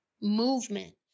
movement